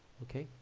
okay,